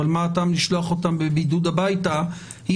אבל מה הטעם לשלוח אותם לבידוד הביתה אם